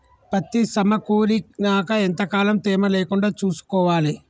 పత్తి సమకూరినాక ఎంత కాలం తేమ లేకుండా చూసుకోవాలి?